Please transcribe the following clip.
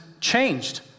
changed